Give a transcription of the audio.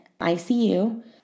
ICU